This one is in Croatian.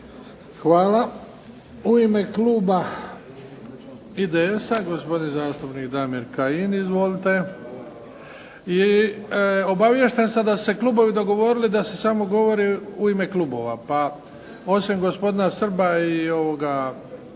Hvala. U ime klub IDS-a gospodin zastupnik Damir Kajin. Izvolite. I obaviješten sam da su se klubovi dogovorili da se samo govori u ime klubova pa osim gospodina Srba i gospodina